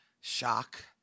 shock